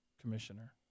commissioner